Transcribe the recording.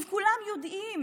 כולם יודעים